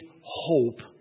hope